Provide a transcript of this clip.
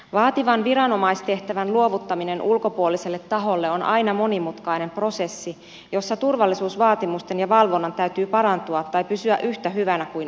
vaativan viranomaistehtävän luovuttaminen ulkopuoliselle taholle on aina monimutkainen prosessi jossa turvallisuusvaatimusten ja valvonnan täytyy parantua tai pysyä yhtä hyvänä kuin aikaisemmin